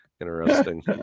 interesting